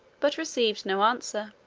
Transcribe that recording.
but received no answer.